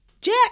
Jack